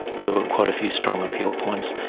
there were quite a few strong appeal points.